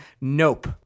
Nope